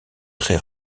très